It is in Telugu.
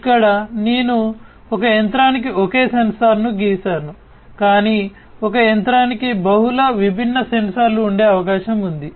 ఇక్కడ నేను ఒక యంత్రానికి ఒకే సెన్సార్ను గీసాను కాని ఒక యంత్రానికి బహుళ విభిన్న సెన్సార్లు ఉండే అవకాశం ఉంది